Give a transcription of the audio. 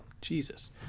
Jesus